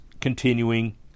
continuing